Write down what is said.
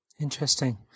Interesting